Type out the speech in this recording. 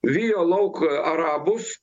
vijo lauk arabus